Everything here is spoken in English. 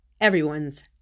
everyone's